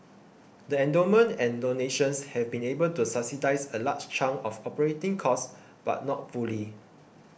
the endowments and donations have been able to subsidise a large chunk of operating costs but not fully